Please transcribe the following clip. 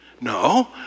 No